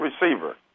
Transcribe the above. receiver